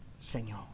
Señor